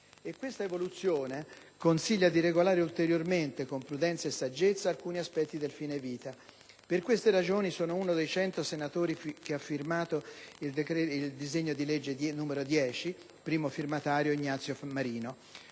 questa evoluzione consiglia di regolare ulteriormente, con prudenza e saggezza, alcuni aspetti del fine vita. Per queste ragioni sono uno dei 100 senatori che ha firmato il disegno di legge n. 10, il cui primo firmatario è Ignazio Marino.